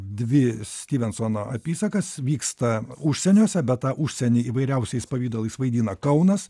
dvi styvensono apysakas vyksta užsieniuose bet tą užsienį įvairiausiais pavidalais vaidina kaunas